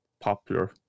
popular